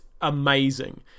amazing